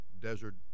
desert